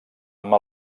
amb